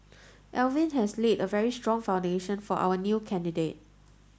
Alvin has laid a very strong foundation for our new candidate